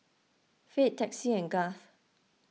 Fate Texie and Garth